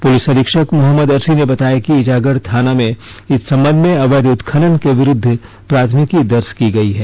police अधीक्षक मोहम्मद अर्सी ने बताया कि ईचागढ़ थाना में इस संबंध में अवैध उत्खनन के विरुद्व प्राथमिकी दर्ज की गई हैं